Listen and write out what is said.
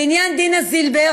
בעניין דינה זילבר,